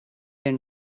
and